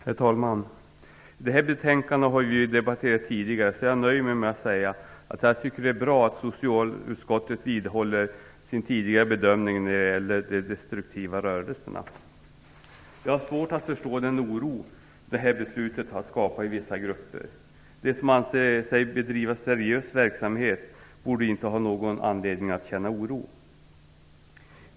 Herr talman! Detta betänkande har vi debatterat tidigare. Jag nöjer mig därför med att säga att jag tycker att det är bra att socialutskottet vidhåller sin tidigare bedömning när det gäller de destruktiva rörelserna. Jag har svårt att förstå den oro som detta beslut har skapat i vissa grupper. De som anser sig bedriva seriös verksamhet borde inte ha någon anledning att känna oro.